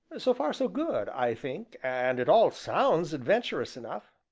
so far so good, i think, and it all sounds adventurous enough.